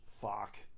fuck